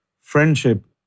friendship